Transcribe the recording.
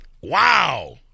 Wow